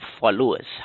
followers